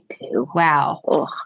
Wow